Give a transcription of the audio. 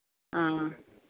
ആ